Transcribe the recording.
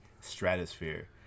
stratosphere